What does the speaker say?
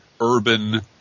urban